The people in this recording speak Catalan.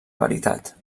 veritat